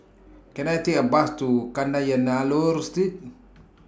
Can I Take A Bus to Kadayanallur Street